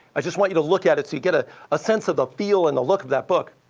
i just want you to look at it so you get a ah sense of the feel and the look of that book.